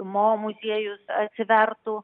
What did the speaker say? mo muziejus atsivertų